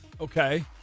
Okay